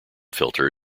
filter